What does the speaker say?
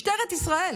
משטרת ישראל,